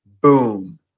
Boom